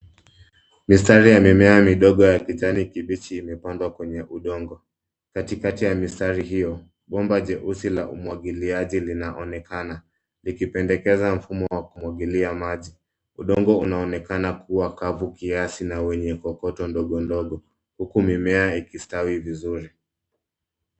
Mistari ya mimea midogo ya kijani kibichi imepandwa kwenye udongo kati kati ya mistari hio bomba jeusi la umwagiliaji linaonekana likipendekeza mfumo wa kumwagilia maji udongo unaonekana kua kavu kiasi na wenye kokoto ndogo ndogo huku mimea ikistawi vizuri.